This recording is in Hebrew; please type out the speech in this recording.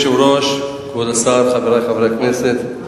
אדוני היושב-ראש, כבוד השר, חברי חברי הכנסת, כן,